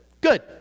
good